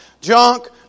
junk